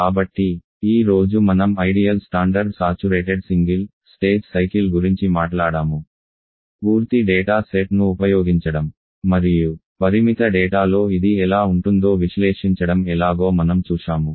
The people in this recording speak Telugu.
కాబట్టి ఈ రోజు మనం ideal standard saturated single stage cycle గురించి మాట్లాడాము పూర్తి డేటా సెట్ను ఉపయోగించడం మరియు పరిమిత డేటాలో ఇది ఎలా ఉంటుందో విశ్లేషించడం ఎలాగో మనం చూశాము